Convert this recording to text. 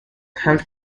hunt